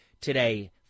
today